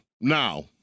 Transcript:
Now